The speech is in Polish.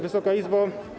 Wysoka Izbo!